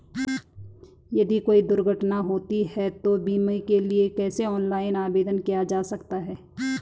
यदि कोई दुर्घटना होती है तो बीमे के लिए कैसे ऑनलाइन आवेदन किया जा सकता है?